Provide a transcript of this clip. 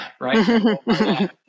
right